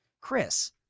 Chris